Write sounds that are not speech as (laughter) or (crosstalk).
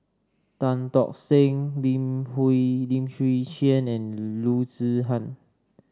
Tan Tock Seng Lim (unintelligible) Lim Chwee Chian and Loo Zihan